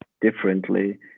differently